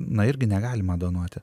na irgi negalima donuoti